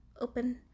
open